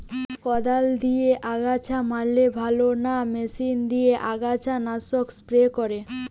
কদাল দিয়ে আগাছা মারলে ভালো না মেশিনে আগাছা নাশক স্প্রে করে?